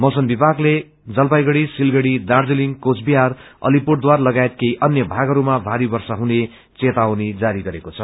मौसम विभागले जलपाइगड़ी सिलगड़ी दार्जीलिङ कोचविहार अलीपुरद्वारा लगायत केही अन्य भागहरुमा भारी वर्षा हुने चेतखनी जारी गरेको छ